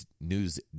news